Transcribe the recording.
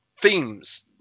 themes